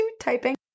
typing